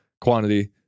quantity